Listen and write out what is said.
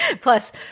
plus